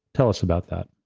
tell us about that.